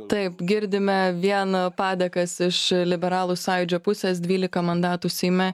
taip girdime vien padėkas iš liberalų sąjūdžio pusės dvylika mandatų seime